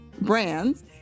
brands